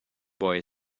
boy